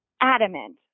adamant